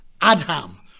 Adam